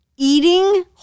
eating